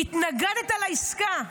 התנגדת לעסקה.